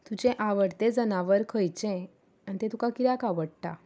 तुजें आवडटें जनावर खंयचें आनी तें तुका कित्याक आवडटा